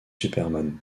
superman